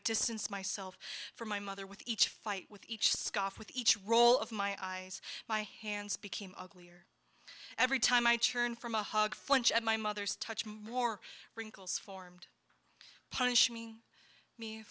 distance myself from my mother with each fight with each scaf with each roll of my eyes my hands became uglier every time i turn from a hug flinch at my mother's touch more wrinkles formed punish me me